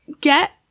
get